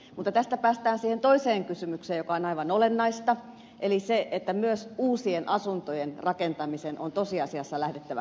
mutta tästä päästään siihen toiseen kysymykseen joka on aivan olennainen eli siihen että myös uusien asuntojen rakentamisen on tosiasiassa lähdettävä käyntiin